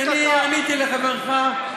אני עניתי לחברך,